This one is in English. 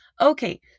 Okay